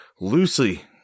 loosely